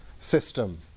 system